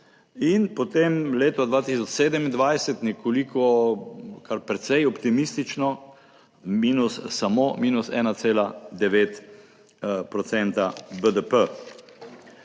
in potem leta 2027 nekoliko, kar precej optimistično, minus, samo -1,9